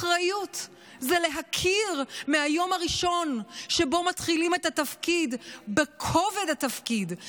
אחריות זה להכיר מהיום הראשון שבו מתחילים את התפקיד בכובד התפקיד,